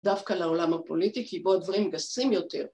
‫דווקא לעולם הפוליטי, ‫כי בו הדברים גסים יותר.